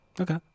Okay